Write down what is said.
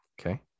Okay